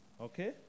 Okay